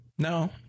no